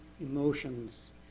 emotions